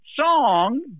song